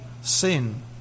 sin